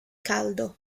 caldo